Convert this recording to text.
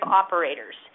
operators